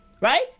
right